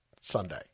Sunday